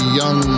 young